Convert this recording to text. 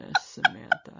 Samantha